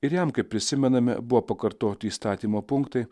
ir jam kaip prisimename buvo pakartoti įstatymo punktai